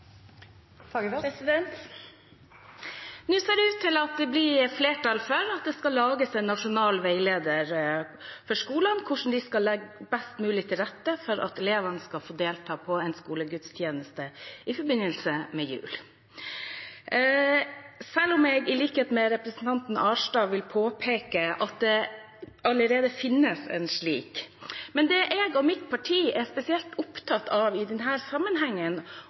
Nå ser det ut til at det blir flertall for at det skal lages en nasjonal veileder for skolene om hvordan de skal legge best mulig til rette for at elevene skal få delta på en skolegudstjeneste i forbindelse med julen, selv om jeg i likhet med representanten Arnstad vil påpeke at det allerede finnes en slik. Men det jeg og mitt parti er spesielt opptatt av i denne sammenhengen